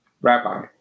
Rabbi